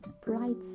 bright